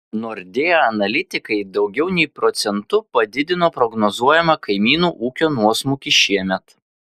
nordea analitikai daugiau nei procentu padidino prognozuojamą kaimynų ūkio nuosmukį šiemet